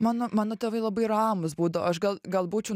mano mano tėvai labai ramūs būdavo aš gal gal būčiau